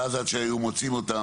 ואז עד שהיו מוצאים אותם,